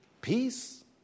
peace